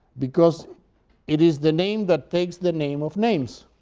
because it is the name that takes the name of names.